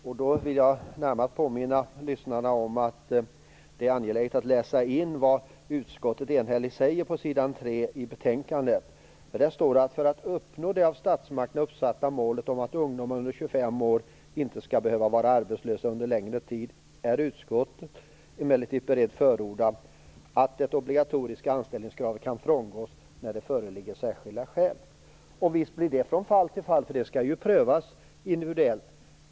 Jag vill påminna lyssnarna om att det är angeläget att läsa in vad utskottet enhälligt skriver på s. 3 i betänkandet: "För att uppnå det av statsmakterna uppsatta målet om att ungdomar under 25 år inte skall behöva vara arbetslösa under en längre tid är utskottet emellertid berett förorda att det obligatoriska anställningskravet kan frångås när det föreligger särskilda skäl." Det handlar om att gå från fall till fall - det skall ju prövas individuellt.